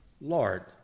Lord